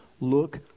look